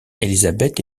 élisabeth